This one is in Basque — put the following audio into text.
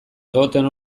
egoten